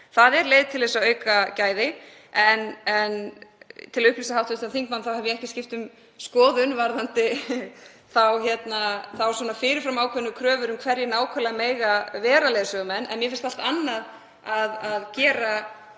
er leið til þess að auka gæði. En til að upplýsa hv. þingmann þá hef ég ekki skipt um skoðun varðandi fyrirframákveðnar kröfur um hverjir nákvæmlega megi vera leiðsögumenn. En mér finnst allt annað að gera